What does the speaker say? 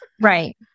Right